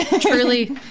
Truly